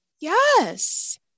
Yes